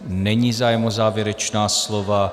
Není zájem o závěrečná slova.